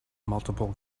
multiple